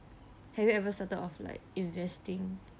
have you ever started off like investing